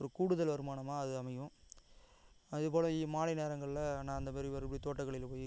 ஒரு கூடுதல் வருமானமாக அது அமையும் அதேபோல் இ மாலை நேரங்களில் நான் அந்தமாதிரி மறுபடி போய் தோட்டக்கலையில் போய்